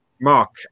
Mark